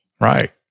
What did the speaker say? Right